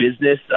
business